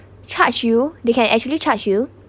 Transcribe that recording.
charge you they can actually charge you